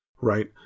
right